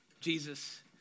Jesus